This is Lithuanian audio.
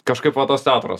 kažkaip va tas teatras